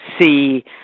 see